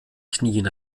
knien